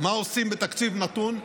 מה עושים בתקציב נתון.